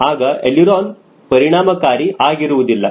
ಆಗ ಎಳಿರೋನ ಪರಿಣಾಮಕಾರಿ ಆಗಿರುವುದಿಲ್ಲ